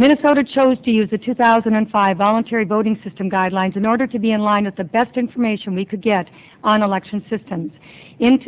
minnesota chose to use a two thousand and five voluntary voting system guidelines in order to be in line with the best information we could get on election systems in two